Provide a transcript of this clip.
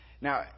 Now